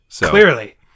Clearly